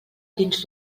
dins